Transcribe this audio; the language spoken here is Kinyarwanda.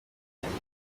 utinya